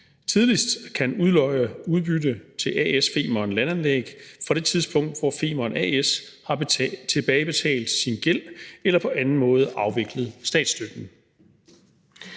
tidligst kan udlodde udbytte til A/S Femern Landanlæg fra det tidspunkt, hvor Femern A/S har tilbagebetalt sin gæld eller på anden måde afviklet statsstøtten.